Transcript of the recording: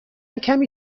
کمی